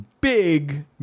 big